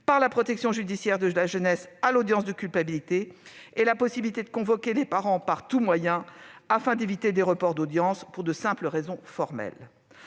par la protection judiciaire de la jeunesse à l'audience de culpabilité et la possibilité de convoquer les parents par tous moyens afin d'éviter des reports d'audience pour de simples raisons formelles.